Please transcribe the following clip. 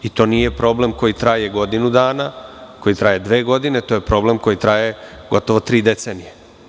I to nije problem koji traje godinu dana, koji traje dve godine, to je problem koji traje gotovo tri decenije.